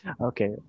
Okay